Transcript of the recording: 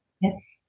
yes